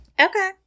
Okay